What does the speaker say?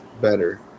better